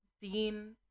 Dean